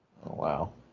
wow